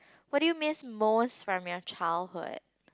what do you miss most from your childhood